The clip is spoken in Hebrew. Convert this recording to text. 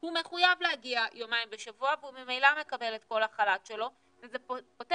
הוא מחויב להגיע יומיים בשבוע והוא ממילא מקבל